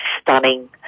stunning